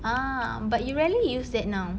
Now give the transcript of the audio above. ah but you rarely use that now